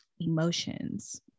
emotions